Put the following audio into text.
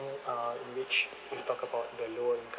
no uh in which we talk about the low